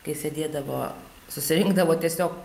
kai sėdėdavo susirinkdavo tiesiog